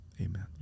Amen